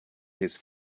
his